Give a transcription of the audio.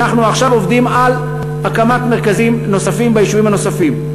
ואנחנו עכשיו עובדים על הקמת מרכזים נוספים ביישובים הנוספים.